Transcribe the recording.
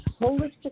holistic